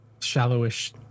shallowish